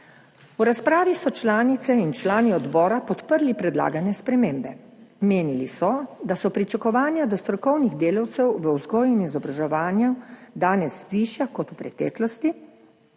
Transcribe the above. V razpravi so članice in člani odbora podprli predlagane spremembe. Menili so, da so pričakovanja do strokovnih delavcev v vzgoji in izobraževanju danes višja kot v preteklosti,